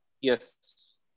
Yes